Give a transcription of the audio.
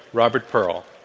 robert pearl.